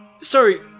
sorry